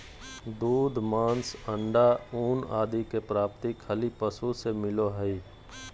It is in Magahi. दूध, मांस, अण्डा, ऊन आदि के प्राप्ति खली पशु से मिलो हइ